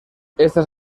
estas